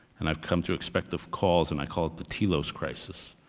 and i've come to expective calls, and i call it the telos crisis.